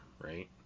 Right